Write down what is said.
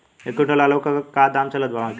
एक क्विंटल आलू के का दाम चलत बा मार्केट मे?